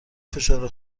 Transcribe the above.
فشار